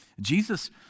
Jesus